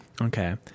Okay